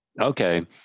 Okay